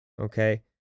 Okay